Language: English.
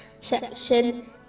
section